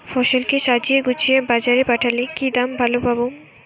ফসল কে সাজিয়ে গুছিয়ে বাজারে পাঠালে কি দাম ভালো পাব?